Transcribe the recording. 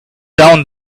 down